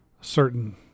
certain